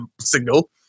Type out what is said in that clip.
signal